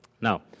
Now